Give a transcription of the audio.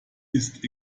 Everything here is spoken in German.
ist